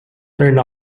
turn